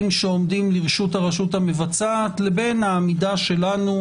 שעומדים לידי הרשות המבצעת לבין ההגנה שלנו,